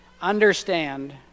understand